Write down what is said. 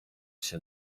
się